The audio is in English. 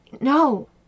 No